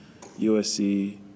USC